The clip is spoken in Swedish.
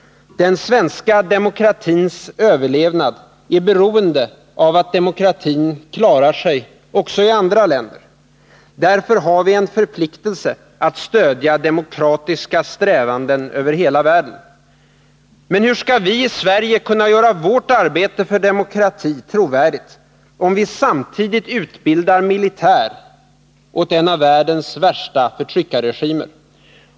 Den svenska demokratins överlevnad är beroende av att demokratin klarar sig också i andra länder. Därför har vi en förpliktelse att stödja demokratiska strävanden över hela världen. Men hur skall vi i Sverige kunna göra vårt arbete för demokrati trovärdigt om vi samtidigt utbildar militär åt en av världens värsta förtryckarregimer?